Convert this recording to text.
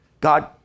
God